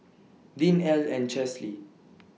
Deann Ell and Chesley